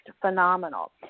phenomenal